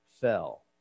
fell